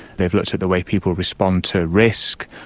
they've looked at the way people respond to risk,